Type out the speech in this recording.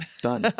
Done